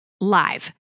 live